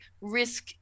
risk